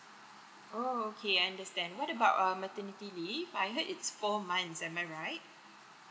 oh okay I understand what about err maternity leave I heard it's four months am I right